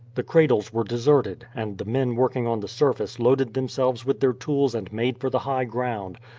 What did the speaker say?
the cradles were deserted, and the men working on the surface loaded themselves with their tools and made for the high ground,